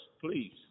Please